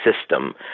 system